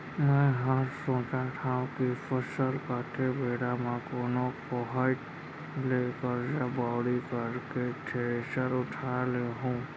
मैं हर सोचत हँव कि फसल काटे बेरा म कोनो कोइत ले करजा बोड़ी करके थेरेसर उठा लेहूँ